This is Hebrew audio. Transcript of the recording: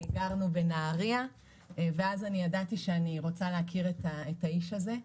גרנו בנהריה ואז אני ידעתי שאני רוצה להכיר את האיש הזה,